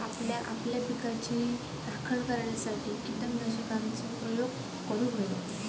आपणांक आपल्या पिकाची राखण करण्यासाठी कीटकनाशकांचो प्रयोग करूंक व्हयो